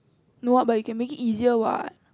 no ah but you can make it easier what